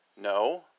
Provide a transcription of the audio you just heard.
no